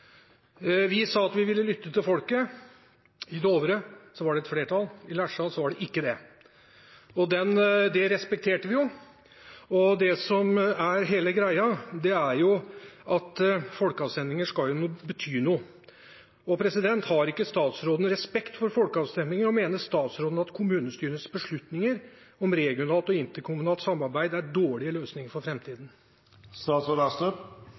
var det flertall. I Lesja var det ikke det, og det respekterte vi. Det som er hele greia, er at folkeavstemninger skal jo bety noe. Har ikke statsråden respekt for folkeavstemninger, og mener statsråden at kommunestyrenes beslutninger om regionalt og interkommunalt samarbeid er en dårlig løsning for